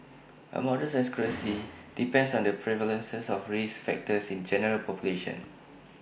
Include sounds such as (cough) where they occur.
A model's accuracy (noise) depends on the prevalence of risk factors in the general population